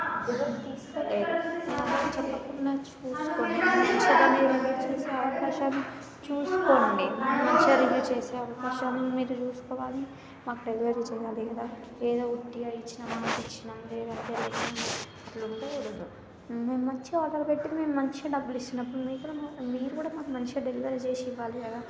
ఎవరు తీసుకోలేరు నేను ఎవరికీ చెప్పకుండా చూసుకొని అంతా మీ వల్ల రివ్యూ చేసే అవకాశాన్ని చూసుకోండి మంచిగా రివ్యూ చేసే అవకాశాన్ని మీరు చూసుకోవాలి మాకు డెలివరీ చేయాలి కదా ఏదో ఉట్టిగా ఇచ్చినమా తెచ్చినామా లేదా పెట్టినామా అలా ఉండకూడదు మేం మంచిగా ఆర్డర్ పెట్టి మంచిగా డబ్బులు ఇస్తున్నప్పుడు మీరు కూడా మీరు కూడా మాకు మంచిగా డెలివరీ చేసి ఇవ్వాలి కదా